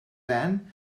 land